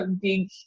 big